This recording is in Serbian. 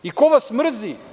I ko vas mrzi?